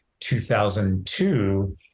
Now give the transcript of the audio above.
2002